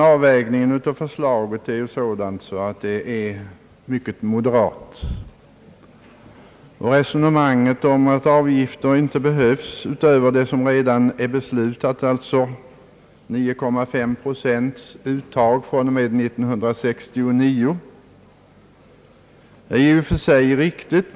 Avvägningen av förslaget är i själva verket mycket moderat. Resonemanget om att det egentligen inte behövs något ytterligare uttag av avgifter utöver vad som redan är beslutat, alltså 9,5 procents uttag från och med 1969, är i och för sig riktigt.